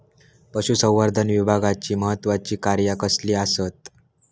पशुसंवर्धन विभागाची महत्त्वाची कार्या कसली आसत?